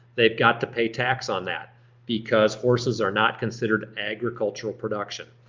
they've got to pay tax on that because horses are not considered agricultural production.